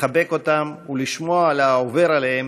לחבק אותם ולשמוע על העובר עליהם